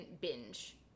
binge